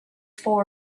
for